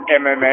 MMA